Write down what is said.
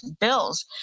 bills